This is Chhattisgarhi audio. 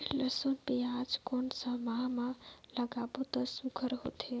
लसुन पियाज कोन सा माह म लागाबो त सुघ्घर होथे?